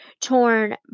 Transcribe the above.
torn